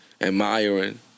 admiring